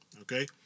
Okay